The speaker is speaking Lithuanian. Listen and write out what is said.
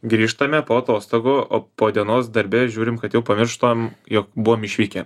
grįžtame po atostogų o po dienos darbe žiūrim kad jau pamirštam jog buvom išvykę